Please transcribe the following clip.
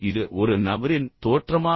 இது ஒரு நபரின் தோற்றமா